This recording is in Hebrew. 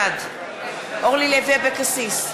בעד אורלי לוי אבקסיס,